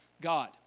God